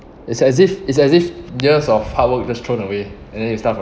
it's as if it's as if years of hard work just thrown away and then you start from